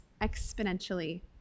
exponentially